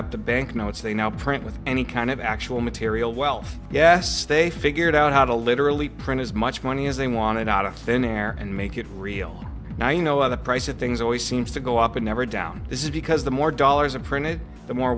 up the banknotes they now print with any kind of actual material wealth yes they figured out how to literally print as much money as they wanted out of thin air and make it real now you know the price of things always seems to go up never down this is because the more dollars are printed the more